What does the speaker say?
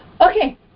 Okay